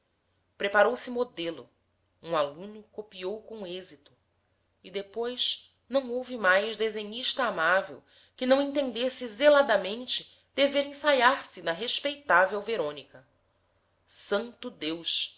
preparou-se modelo um aluno copiou com êxito e depois não houve mais desenhista amável que não entendesse